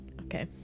Okay